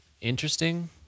interesting